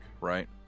right